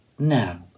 now